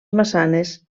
maçanes